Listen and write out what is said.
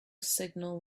signal